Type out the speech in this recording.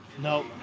No